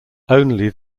only